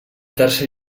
tercer